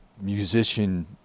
musician